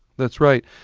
that's right.